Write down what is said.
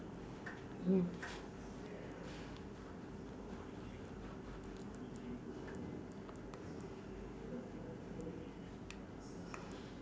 mm